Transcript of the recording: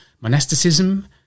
monasticism